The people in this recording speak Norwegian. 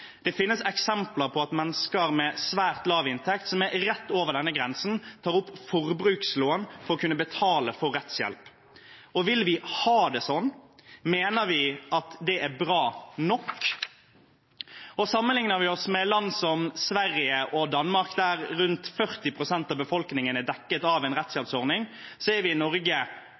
Det finnes eksempler på at mennesker med svært lav inntekt som er rett over denne grensen, tar opp forbrukslån for å kunne betale for rettshjelp. Vil vi ha det sånn? Mener vi at det er bra nok? I land som Sverige og Danmark er rundt 40 pst. av befolkningen dekket av en rettshjelpsordning. I Norge er kun 8,5 pst. dekket av en